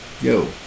yo